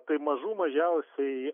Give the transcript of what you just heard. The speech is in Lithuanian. tai mažų mažiausiai